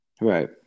Right